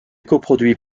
coproduit